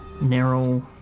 narrow